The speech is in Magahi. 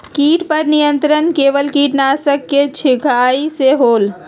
किट पर नियंत्रण केवल किटनाशक के छिंगहाई से होल?